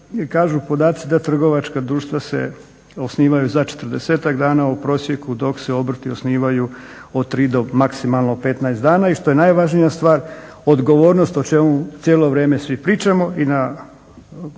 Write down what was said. Kažu podaci da trgovačka društva se osnivaju za 40-ak dana u prosjeku dok se obrti osnivaju od 3 do maksimalno 15 dana. I što je najvažnija stvar, odgovornost o čemu cijelo vrijeme svi pričamo i na